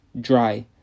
dry